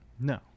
no